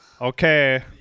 okay